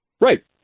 right